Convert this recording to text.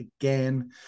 again